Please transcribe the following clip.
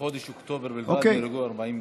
בחודש אוקטובר בלבד נהרגו 40 איש.